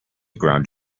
ground